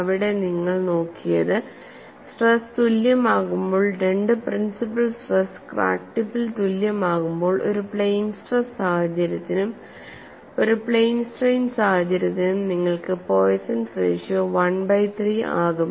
അവിടെ നിങ്ങൾ നോക്കിയത് സ്ട്രെസ് തുല്യമാകുമ്പോൾ രണ്ട് പ്രിൻസിപ്പൽ സ്ട്രെസ് ക്രാക്ക് ടിപ്പിൽ തുല്യമാകുമ്പോൾ ഒരു പ്ലെയ്ൻ സ്ട്രെസ് സാഹചര്യത്തിനും ഒരു പ്ലെയിൻ സ്ട്രെയിൻ സാഹചര്യത്തിനും നിങ്ങൾക്ക് പോയ്സൺ റേഷ്യോ 1 ബൈ 3 ആകും